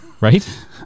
Right